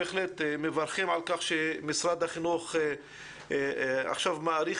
בהחלט אנחנו מברכים על כך שמשרד החינוך עכשיו מאריך